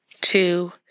two